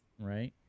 Right